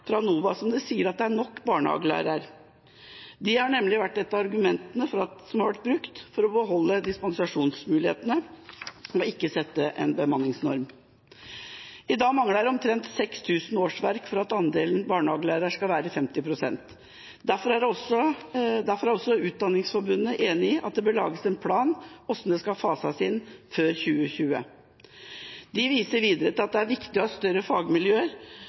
fra NOVA som sier at det er nok barnehagelærere. Det har nemlig vært et av argumentene som har vært brukt for å beholde dispensasjonsmulighetene og ikke sette en bemanningsnorm. I dag mangler omtrent 6 000 årsverk for at andelen barnehagelærere skal være 50 pst. Derfor er også Utdanningsforbundet enig i at det bør lages en plan for hvordan det skal fases inn før 2020. De viser videre til at det er viktig å ha større fagmiljøer